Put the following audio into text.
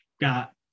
got